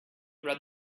read